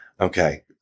okay